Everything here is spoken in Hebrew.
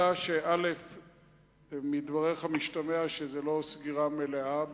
אלא שמדבריך משתמע שזו לא סגירה מלאה,